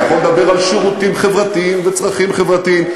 אתה יכול לדבר על שירותים חברתיים וצרכים חברתיים,